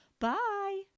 bye